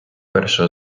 перша